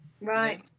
Right